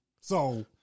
So-